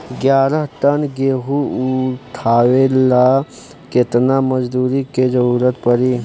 ग्यारह टन गेहूं उठावेला केतना मजदूर के जरुरत पूरी?